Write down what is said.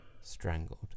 Strangled